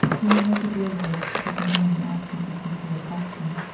when he heard the dear voice, speaking to him in accents of sincere affection,